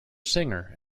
singer